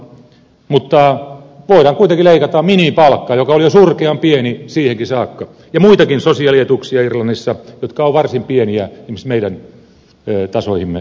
mutta voidaan kuitenkin leikata minimipalkka joka oli jo surkean pieni siihenkin saakka ja muitakin sosiaalietuuksia irlannissa jotka ovat varsin pieniä esimerkiksi meidän tasoihimme verrattuna